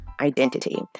identity